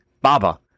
Baba